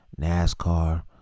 nascar